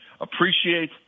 appreciate